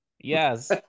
Yes